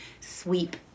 sweep